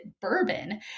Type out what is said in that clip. bourbon